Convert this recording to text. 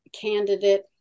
candidate